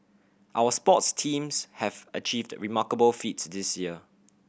our sports teams have achieved remarkable feats this year